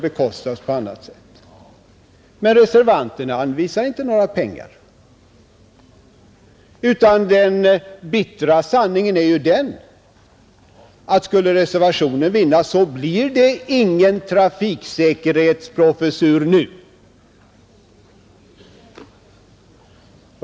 Reservanten anvisar emellertid inte några pengar, utan den bittra sanningen är att skulle reservationen vinna bifall så blir det ingen trafiksäkerhetsprofessur nu.